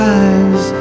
eyes